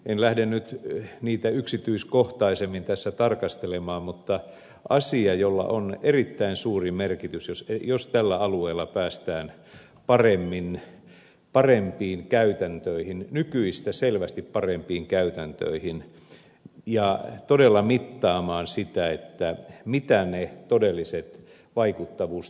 en lähde nyt niitä yksityiskohtaisemmin tässä tarkastelemaan mutta asialla on erittäin suuri merkitys jos tällä alueella päästään parempiin käytäntöihin nykyistä selvästi parempiin käytäntöihin ja todella mittaamaan sitä mitä ne todelliset vaikuttavuustulokset ovat